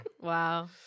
Wow